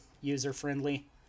user-friendly